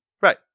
Right